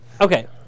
Okay